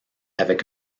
avec